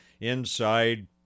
inside